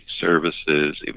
services